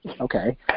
okay